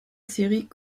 série